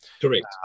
Correct